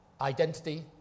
identity